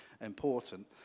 important